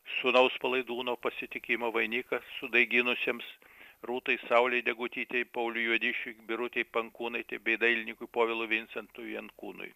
sūnaus palaidūno pasitikimo vainiką sudaiginusiems rūtai saulei degutytei pauliui juodišiui birutė pankūnaitė bei dailininkui povilui vincentu jankūnui